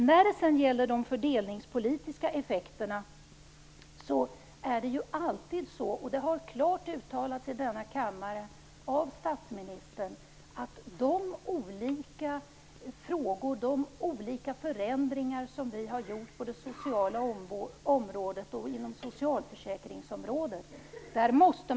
När det gäller de fördelningspolitiska effekterna - detta har klart uttalats av statsministern i denna kammare - måste man se över de olika förändringar som vi har gjort på det sociala området och inom socialförsäkringsområdet.